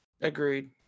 Agreed